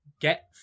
get